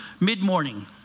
mid-morning